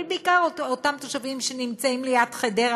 אבל בעיקר אותם תושבים שנמצאים ליד חדרה,